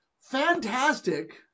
fantastic